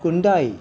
Hyundai